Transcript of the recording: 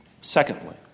Secondly